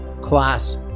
class